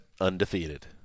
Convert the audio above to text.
undefeated